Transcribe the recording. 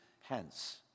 hence